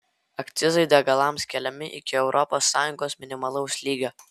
akcizai degalams keliami iki europos sąjungos minimalaus lygio